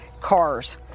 Cars